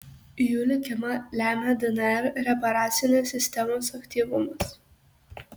jų likimą lemia dnr reparacinės sistemos aktyvumas